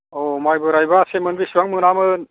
औ माइ बोरायबा सेमोन बेसेबां मोनामोन